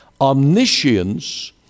Omniscience